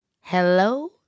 hello